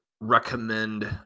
recommend